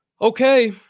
okay